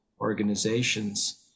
organizations